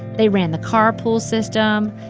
they ran the carpool system.